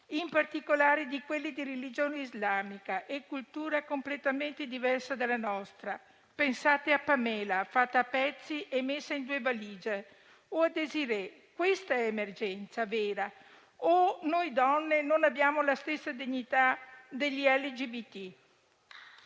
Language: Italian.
in particolare quelli di religione islamica e culture completamente diverse dalla nostra? Pensate a Pamela, fatta a pezzi e messa in due valigie, o a Desirée: questa è emergenza vera. O forse noi donne non abbiamo la stessa dignità degli LGBT?